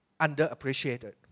Underappreciated